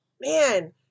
Man